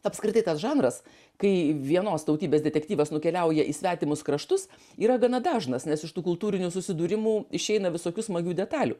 apskritai tas žanras kai vienos tautybės detektyvas nukeliauja į svetimus kraštus yra gana dažnas nes iš tų kultūrinių susidūrimų išeina visokių smagių detalių